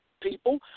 people